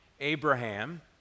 Abraham